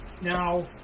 Now